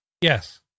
Yes